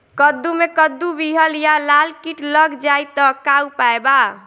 कद्दू मे कद्दू विहल या लाल कीट लग जाइ त का उपाय बा?